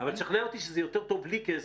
אבל תשכנע אותי שזה טוב לי כאזרח.